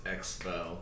expo